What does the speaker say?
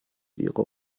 ihrer